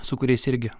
su kuriais irgi